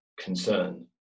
concern